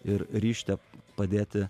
ir ryžte padėti